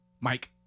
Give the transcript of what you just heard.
Mike